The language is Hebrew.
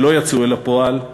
שלא יצאו אל הפועל,